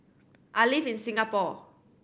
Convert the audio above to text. I live in Singapore